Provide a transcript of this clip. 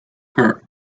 her